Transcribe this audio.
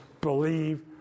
believe